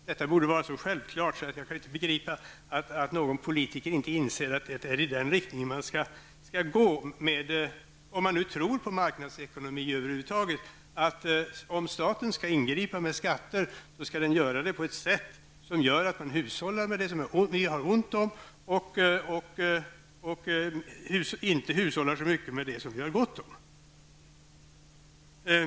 Detta borde vara så självklart att jag kan inte begripa att inte någon politiker inser att det är den riktning som vi bör gå om man tror på marknadsekonomi över huvud taget. Om staten skall ingripa med skatter, skall den göra det på ett sätt som gör att man hushållar med det som det är ont om och inte hushållar så mycket med det som vi har gott om.